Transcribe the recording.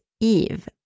Eve